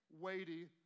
weighty